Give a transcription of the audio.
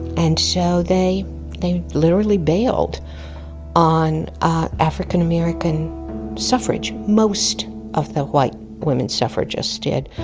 and so they, they literally bailed on african-american suffrage. most of the white women suffragists did.